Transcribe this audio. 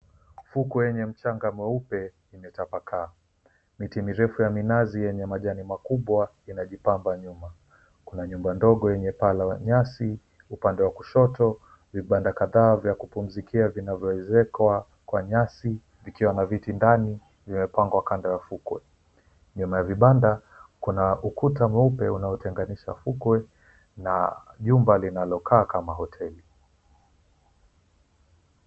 Ufukwe wenye mchanga mweupe umetapakaa. Miti mirefu ya minazi yenye majani makubwa imejipanga nyuma. Kuna nyumba ndogo yenye paa la nyasi. Upande wa kushoto vibanda kadhaa vya kupumzikia vimeezekwa kwa nyasi vikiwa na viti ndani vimepangwa kando ya ufukwe.